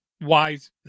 wise